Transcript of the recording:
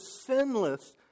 sinless